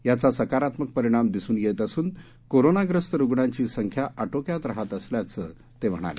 याचा सकारात्मक परिणाम दिसून येत असून कोरोना ग्रस्त रुग्णांची संख्या आटोक्यात राहत असल्याचं असं ते म्हणाले